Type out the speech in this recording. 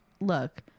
Look